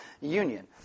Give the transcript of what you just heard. union